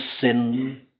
sin